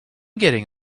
getting